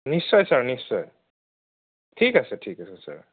নিশ্চয় ছাৰ নিশ্চয় ঠিক আছে ঠিক আছে ছাৰ